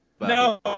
no